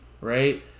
right